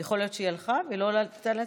יכול להיות שהיא הלכה והיא לא עלתה להצביע?